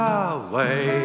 away